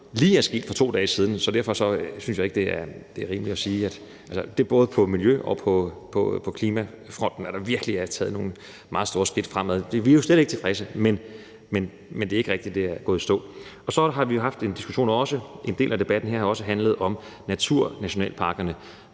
lige er sket for 2 dage siden, så derfor synes jeg ikke, det er rimeligt at sige det. Det er både på miljø- og klimafronten, der virkelig er taget nogle meget store skridt fremad. Vi er slet ikke tilfredse, men det er ikke rigtigt, at det er gået i stå. Så har vi også haft en diskussion om noget, som en hel del af debatten har handlet om, nemlig naturnationalparkerne.